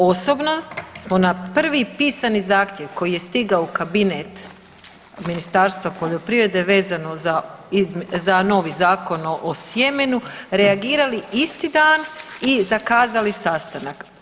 Osobno smo na prvi pisani zahtjev koji je stigao u kabinet Ministarstva poljoprivrede vezano za novi Zakon o sjemenu reagirali isti dan i zakazali sastanak.